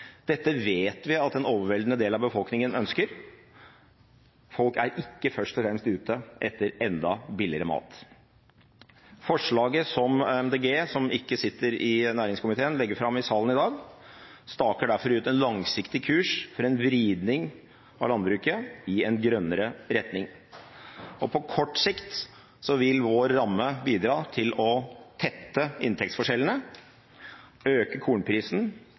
Dette vet vi at en overveldende del av befolkningen ønsker. Folk er ikke først og fremst ute etter enda billigere mat. Forslaget som Miljøpartiet De Grønne, som ikke sitter i næringskomiteen, legger fram i salen i dag, staker derfor ut en langsiktig kurs for en vridning av landbruket i en grønnere retning. På kort sikt vil vår ramme bidra til å tette inntektsforskjellene, øke kornprisen